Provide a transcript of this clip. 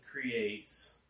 creates